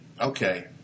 okay